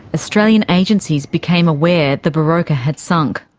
australian agencies became aware the barokah had sunk.